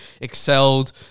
excelled